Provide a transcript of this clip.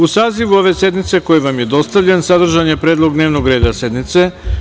U sazivu ove sednice, koji vam je dostavljen, sadržan je predlog dnevnog reda sednice.